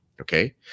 Okay